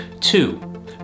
Two